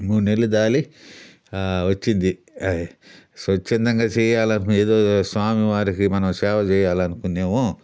మూడునెలలు దాలి వచ్చింది స్వచ్ఛందంగా చెయ్యాలనుకునే ఏదో స్వామి వారికి మనం సేవ చెయ్యాలనుకునేము